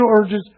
urges